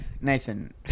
Nathan